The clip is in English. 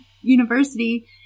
University